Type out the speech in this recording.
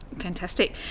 Fantastic